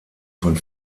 von